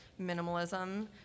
minimalism